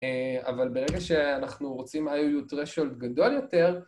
אבל ברגע שאנחנו רוצים IOU threshold גדול יותר